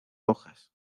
hojas